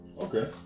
Okay